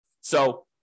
So-